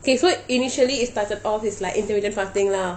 okay so initially it started off as like intermittent fasting lah